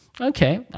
Okay